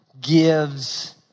gives